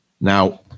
Now